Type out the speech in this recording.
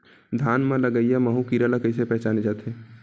धान म लगईया माहु कीरा ल कइसे पहचाने जाथे?